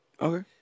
Okay